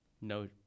no